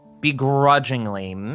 begrudgingly